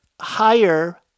higher